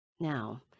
Now